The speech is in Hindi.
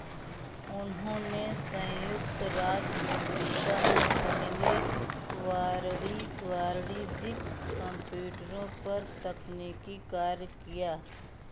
उन्होंने संयुक्त राज्य अमरीका में पहले वाररी वाणिज्यिक कंप्यूटरों पर तकनीकी कार्य किया